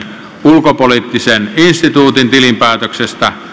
ulkopoliittisen instituutin tilinpäätöksestä